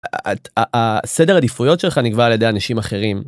סדר עדיפויות שלך נקבע על ידי אנשים אחרים.